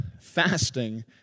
fasting